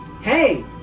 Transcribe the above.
hey